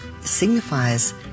signifies